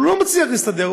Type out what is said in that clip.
אבל הוא מצליח להסתדר,